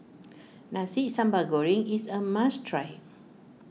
Nasi Sambal Goreng is a must try